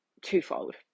twofold